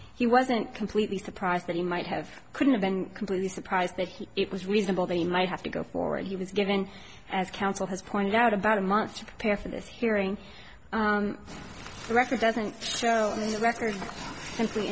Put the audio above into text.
he wasn't completely surprised that he might have couldn't have been completely surprised that he it was reasonable that he might have to go for it he was given as counsel has pointed out about a month to prepare for this hearing the record doesn't show the records simply